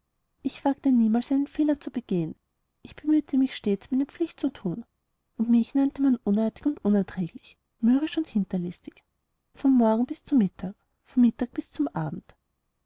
ich wagte niemals einen fehler zu begehen ich bemühte mich stets meine pflicht zu thun und mich nannte man unartig und unerträglich mürrisch und hinterlistig vom morgen bis zum mittag vom mittag bis zum abend